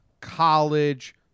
college